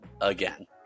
again